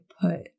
put